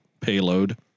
payload